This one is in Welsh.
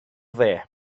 dde